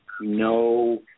no